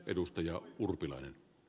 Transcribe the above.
arvoisa puhemies